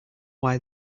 why